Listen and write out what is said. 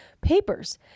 papers